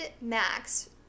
Max